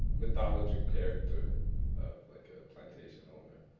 mythology character of like a plantation owner.